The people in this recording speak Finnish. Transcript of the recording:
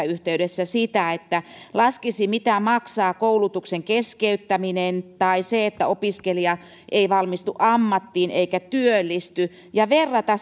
yhteydessä sitä että laskisi mitä maksaa koulutuksen keskeyttäminen tai se että opiskelija ei valmistu ammattiin eikä työllisty ja verrata